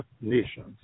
nations